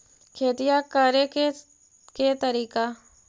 खेतिया करेके के तारिका?